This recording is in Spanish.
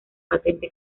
patente